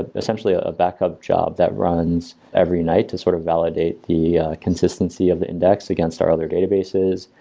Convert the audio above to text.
ah essentially a backup job that runs every night to sort of validate the consistency of the index against our other databases.